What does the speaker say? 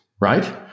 right